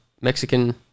Mexican